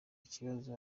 ikibazo